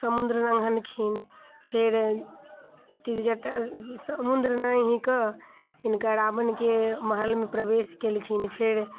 समुद्र नङ्घलखिन फेर त्रिजटा जी समुन्द्र नाङ्घिकऽ हिनका रावणके महलमे प्रवेश केलखिन फेर